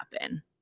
happen